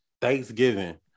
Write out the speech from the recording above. Thanksgiving